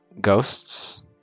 ghosts